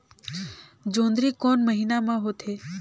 जोंदरी कोन महीना म होथे?